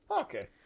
Okay